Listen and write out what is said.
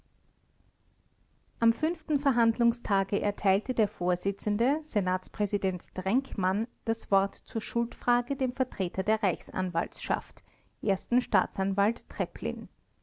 am fünften verhandlungstage erteilte der vorsitzende senatspräsident drenkmann das wort zur schuldfrage dem vertreter der reichsanwaltschaft ersten staatsanwalt treplin